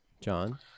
John